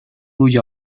روی